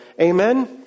amen